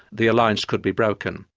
the alliance could be broken.